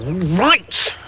right!